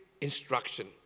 instruction